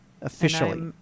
officially